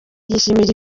yishimira